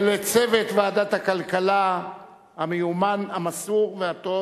ולצוות ועדת הכלכלה המיומן, המסור והטוב.